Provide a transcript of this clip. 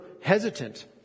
hesitant